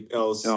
else